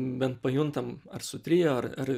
bent pajuntam ar su trio ar ar